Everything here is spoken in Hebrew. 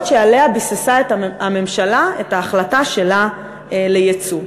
שעליה ביססה הממשלה את ההחלטה שלה על ייצוא.